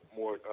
more